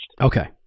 Okay